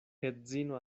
edzino